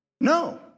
No